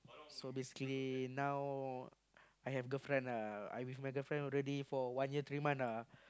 so basically now I have girlfriend ah I with my girlfriend already for one year three month ah